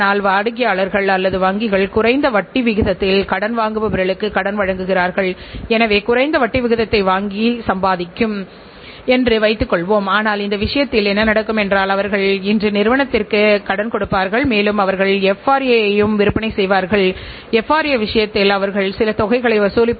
வாடிக்கையாளர்கள் உடைய தேவை கொடுக்கப்படுகின்ற சேவைகளின் தரம் மற்றும் பின்னர் தங்கள் வாடிக்கையாளரை எவ்வாறு திருப்திப்படுத்துவது மற்றும் சிறந்த நிர்வாக கட்டுப்பாட்டு அமைப்பு முறை என்பது போன்ற காரணிகள் மூலமாக அவர்கள் வெற்றி பெறுகிறார்கள்